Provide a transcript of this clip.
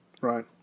Right